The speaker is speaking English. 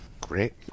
Great